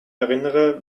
erinnere